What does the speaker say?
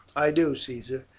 i do, caesar.